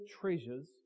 treasures